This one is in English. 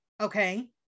Okay